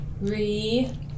Re